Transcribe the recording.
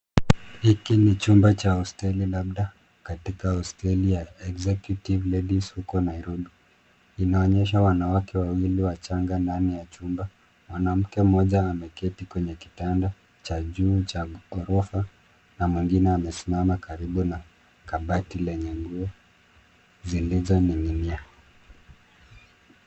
Hiki ni chumba cha hosteli labda katika hosteli ya executive ladies huko Nairobi. Inaonyesha wanawake wawili wachanga ndani ya chumba. Mwanamke mmoja ameketi kwenye kitanda cha juu cha ghorofa na mwengine amesimama karibu na kabati lenye nguo zilizoning'inia.